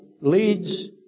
leads